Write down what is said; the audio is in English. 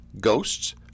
ghosts